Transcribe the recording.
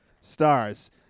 stars